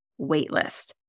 waitlist